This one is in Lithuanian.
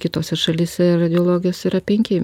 kitose šalyse radiologijos yra penki